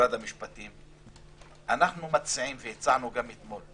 אנחנו מציעים, והצענו גם אתמול,